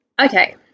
okay